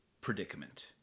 predicament